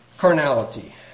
Carnality